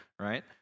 right